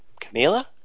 Camila